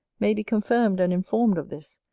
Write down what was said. may be confirmed and informed of this,